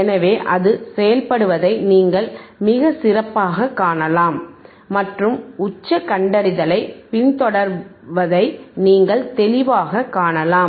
எனவே அது செயல்படுவதை நீங்கள் மிகச்சிறப்பாக காணலாம் மற்றும் உச்ச கண்டறிதலைப் பின்தொடர்வதை நீங்கள் தெளிவாகக் காணலாம்